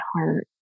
heart